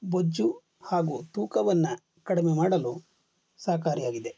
ಬೊಜ್ಜು ಹಾಗೂ ತೂಕವನ್ನು ಕಡಿಮೆ ಮಾಡಲು ಸಹಕಾರಿ ಆಗಿದೆ